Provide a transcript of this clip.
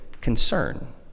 concern